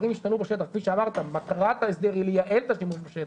כפי שאמרת מטרת ההסדר היא לייעל את השימוש בשטח,